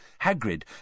Hagrid